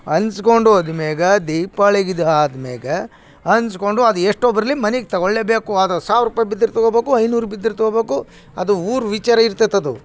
ಹಂಚ್ಕೊಂಡ್ ಹೋದ್ ಮೇಲೆ ದೀಪಾಳಿಗೆ ಇದು ಆದ ಮೇಲೆ ಹಂಚ್ಕೊಂಡು ಅದು ಎಷ್ಟೊ ಬರಲಿ ಮನೆಗೆ ತಗೋಳ್ಲೆಬೇಕು ಅದು ಸಾವಿರ ರುಪಾಯ್ ಬಿದ್ರು ತಗೋಬೇಕು ಐನೂರು ಬಿದ್ರು ತಗೋಬೇಕು ಅದು ಊರು ವಿಚಾರ ಇರ್ತದೆ ಇದು